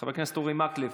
חבר הכנסת אורי מקלב,